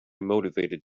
motivated